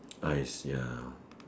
eyes ya